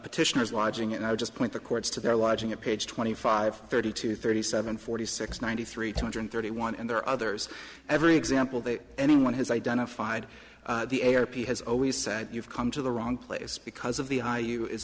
petitioners watching and i just point the courts to their lodging at page twenty five thirty two thirty seven forty six ninety three two hundred thirty one and there are others every example that anyone has identified the heir p has always said you've come to the wrong place because of the high you is